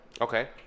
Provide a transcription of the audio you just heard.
Okay